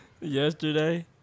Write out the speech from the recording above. Yesterday